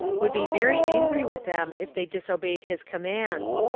would be very angry with them if they disobeyed his commands.